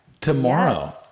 Tomorrow